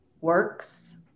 works